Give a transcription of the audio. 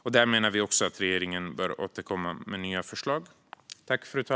Vi menar att regeringen bör återkomma med nya förslag angående detta.